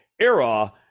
era